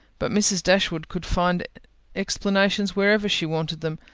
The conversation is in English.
but mrs. dashwood could find explanations whenever she wanted them,